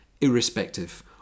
irrespective